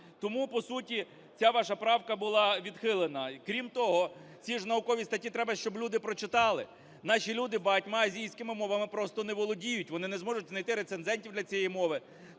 Тому по суті ця ваша правка була відхилена. Крім того, ці ж наукові статті треба ж, щоб люди прочитали. Наші люди багатьма азійськими мовами просто не володіють, вони не зможуть знайти рецензентів для цієї мови.